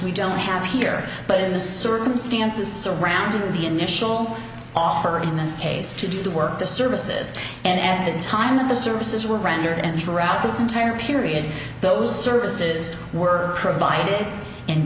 we don't have here but in the circumstances surrounding the initial offer in this case to do the work the services and at the time of the services were rendered and throughout this entire period those services were provided and